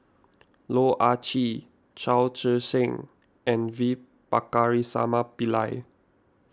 Loh Ah Chee Chao Tzee Cheng and V Pakirisamy Pillai